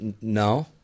no